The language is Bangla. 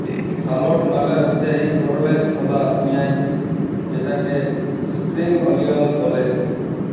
শালট মালে হছে ইক ধরলের ছলা পিয়াঁইজ যেটাকে ইস্প্রিং অলিয়াল ব্যলে